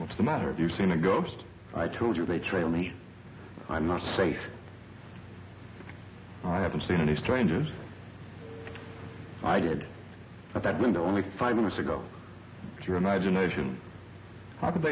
what's the matter if you seen a ghost i told you they trail me i'm not safe i haven't seen any strangers i did that window only five minutes ago your imagination how could